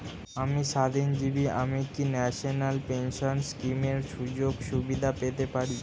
আমি স্বাধীনজীবী আমি কি ন্যাশনাল পেনশন স্কিমের সুযোগ সুবিধা পেতে পারি?